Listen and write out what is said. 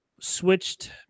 switched